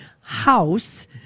house